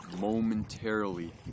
momentarily